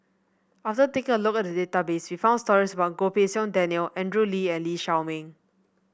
after taking a look at the database we found stories about Goh Pei Siong Daniel Andrew Lee and Lee Shao Meng